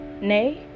nay